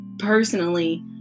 personally